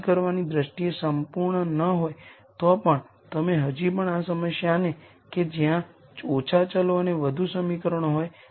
હવે તમે સ્પષ્ટપણે જોશો કે આમાંના દરેક eigen vector n r eigen vectors A ની કોલમ્સના લિનયર કોમ્બિનેશન છે